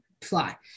fly